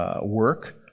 work